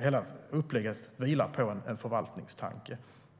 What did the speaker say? hela upplägget vilar på en förvaltningstanke.